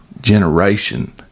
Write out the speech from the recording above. generation